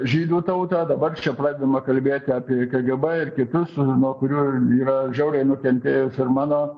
žydų tautą dabar čia pradedama kalbėti apie kgb ir kitus nuo kurių yra žiauriai nukentėjus ir mano